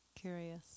curious